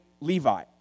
levi